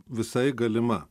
visai galima